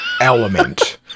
element